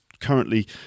currently